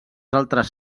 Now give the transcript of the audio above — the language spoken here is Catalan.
altres